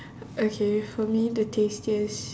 okay for me the tastiest